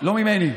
לא ממני,